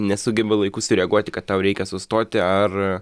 nesugeba laiku sureaguoti kad tau reikia sustoti ar